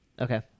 Okay